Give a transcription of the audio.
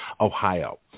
Ohio